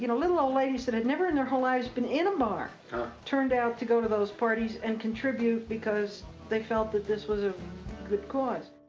you know little old ah ladies that had never in their whole lives been in a bar turned out to go to those parties and contribute because they felt that this was a good cause.